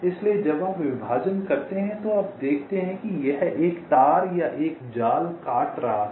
इसलिए जब आप विभाजन करते हैं तो आप देखते हैं कि यह एक तार या एक जाल काट रहा था